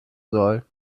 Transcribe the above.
soll